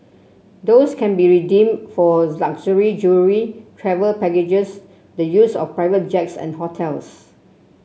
those can be redeem for luxury jewellery travel packages the use of private jets and hotels